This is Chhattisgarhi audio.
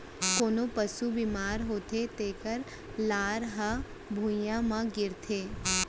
कोनों पसु बेमार होथे तेकर लार ह भुइयां म गिरथे